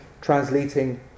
translating